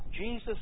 Jesus